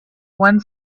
one